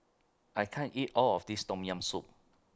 I can't eat All of This Tom Tam Soup